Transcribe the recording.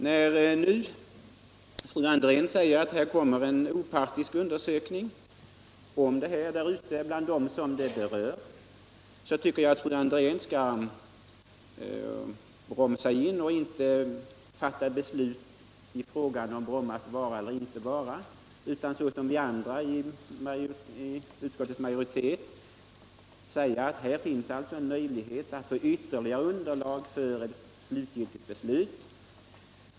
När nu fru Andrén säger att det kommer en opartisk undersökning om detta som gjorts bland dem som är berörda tycker jag att hon skall bromsa in och inte fatta beslut i frågan om Brommas vara eller inte vara utan såsom vi i utskottets majoritet säga att här finns en möjlighet att få ytterligare underlag för ett slutgiltigt beslut.